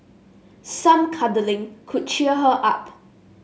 some cuddling could cheer her up